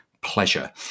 pleasure